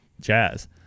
Jazz